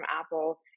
Apple